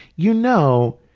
you know,